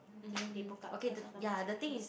in the end they broke up cause of the mindset difference